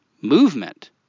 movement